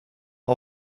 lot